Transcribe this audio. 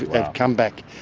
ah come back,